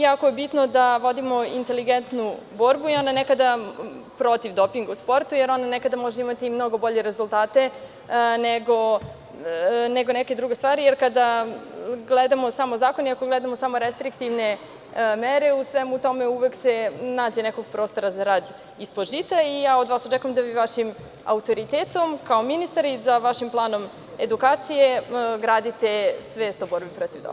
Jako je bitno da vodimo inteligentnu borbu protiv dopinga u sportu jer on nekada može imati mnogo bolje rezultate nego neke druge stvari, jer kada gledamo samo zakon i restriktivne mere u svemu tome uvek se nađe nekog prostora za rad ispod žita i očekujem da vi vašim autoritetom kao ministar i vašim planom edukacije gradite svest o borbi protiv dopinga.